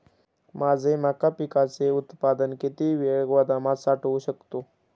माझे मका पिकाचे उत्पादन किती वेळ गोदामात साठवू शकतो?